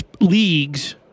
leagues